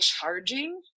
charging